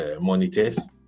monitors